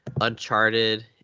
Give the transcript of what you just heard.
Uncharted